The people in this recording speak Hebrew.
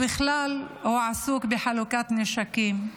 הוא בכלל עסוק בחלוקת נשקים.